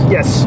Yes